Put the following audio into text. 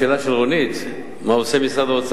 אדוני היושב-ראש,